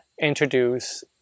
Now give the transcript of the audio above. introduce